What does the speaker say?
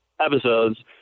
episodes